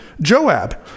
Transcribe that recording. Joab